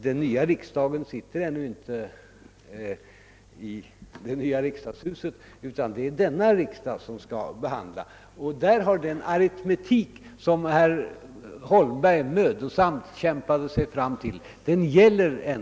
Den nya riksdagen sitter ännu inte i det nya riksdagshuset, utan det är denna riksdag som skall behandla dessa förslag, och i denna riksdag gäller inte den aritmetik som herr Holmberg mödosamt kämpade sig fram till.